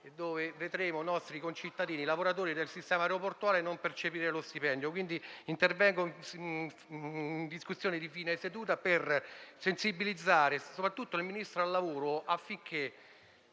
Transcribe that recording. quali vedremo i nostri concittadini, i lavoratori del sistema aeroportuale, non percepire lo stipendio. Intervengo quindi in fine seduta per sensibilizzare soprattutto il Ministro del lavoro affinché